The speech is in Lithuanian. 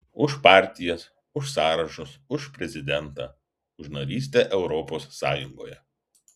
už partijas už sąrašus už prezidentą už narystę europos sąjungoje